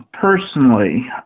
personally